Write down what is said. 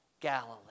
Galilee